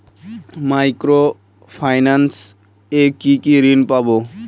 Micro finance এ কি কি ঋণ পাবো?